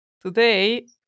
today